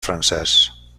francès